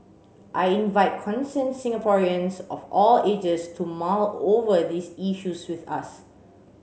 I invite concerned Singaporeans of all ages to mull over these issues with us